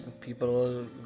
people